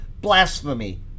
blasphemy